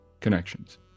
connections